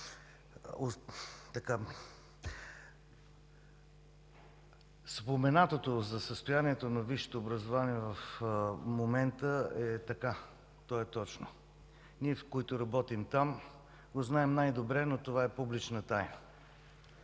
споменатото от Вас за състоянието на висшето образование в момента е така, то е точно. Ние, които работим там, го знаем най-добре, но това е публична тайна.